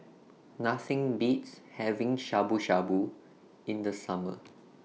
Nothing Beats having Shabu Shabu in The Summer